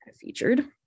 featured